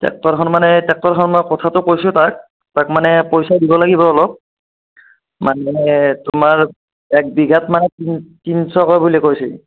ট্ৰেক্টৰখন মানে ট্ৰেক্টৰখনৰ কথাতো কৈছোঁ তাক তাক মানে পইচা দিব লাগিব অলপ মানে তোমাৰ এক বিঘাত মানে তিনি তিনিশকৈ বুলি কৈছে